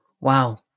Wow